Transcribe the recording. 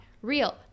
Real